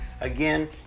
again